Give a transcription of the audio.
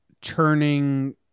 turning